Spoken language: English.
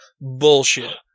Bullshit